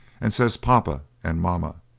and says poppa and momma.